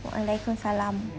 waalaikumusalam